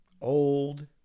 old